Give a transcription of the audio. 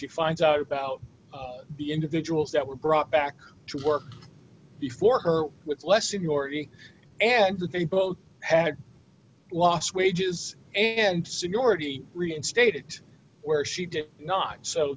she finds out about the individuals that were brought back to work before her with less seniority and that they both had lost wages and seniority reinstated where she did not so